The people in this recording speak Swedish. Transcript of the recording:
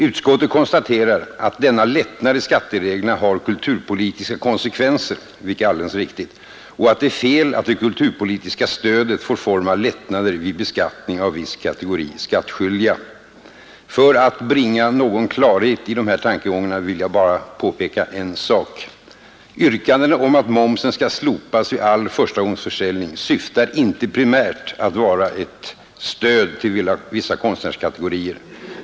Utskottet konstaterar att den önskade ändringen i skattereglerna har kulturpolitiska konsekvenser — vilket är alldeles riktigt — och att det är fel att det kulturpolitiska stödet får formen av lättnader vid beskattning av viss kategori skattskyldiga. För att bringa någon klarhet i dessa tankegångar vill jag bara påpeka en sak. Yrkandena om att momsen skall slopas vid all förstagångsförsäljning syftar inte primärt till att vara ett stöd åt vissa konstnärskategorier.